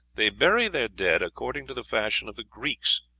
they bury their dead according to the fashion of the greeks.